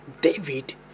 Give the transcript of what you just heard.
David